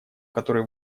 который